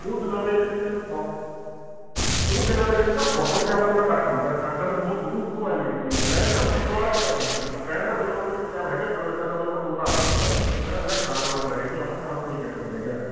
ਉਹ ਦਿਨਾਂ ਦੇ ਵਿੱਚ ਬਹੁ ਉਹ ਦਿਨਾਂ ਦੇ ਵਿੱਚ ਨਾ ਬਹੁਤ ਜ਼ਿਆਦਾ ਉਰੇ ਇਕੱਠ ਹੁੰਦਾ ਸੰਗਤ ਬਹੁਤ ਦੂਰੋਂ ਦੂਰੋਂ ਆਈ ਵੀ ਹੁੰਦੀ ਆ ਰਹਿਣ ਦਾ ਤੁਸੀਂ ਪਰਵਾਹ ਨਹੀਂ ਕਰਨੀ ਹੈਗੀ ਰਹਿਣ ਦਾ ਮੇਰੇ ਕੋਲ ਕੋਈ ਇੰਤਜ਼ਾਮ ਹੈਗਾ ਬਲਵਿੰਦਰ ਦਾ ਮੇਰੇ ਕੋਲੇ ਫ਼ੋਨ ਆ ਗਿਆ ਸੀਗਾ ਕਹਿੰਦਾ ਮੇਰਾ ਖਾਸ ਬੰਦਾ ਜਿਹਨੇ ਆਉਣਾ ਮੈਂ ਹਾਂ ਕੋਈ ਚੱਕਰ ਨਹੀਂ ਹੈਗਾ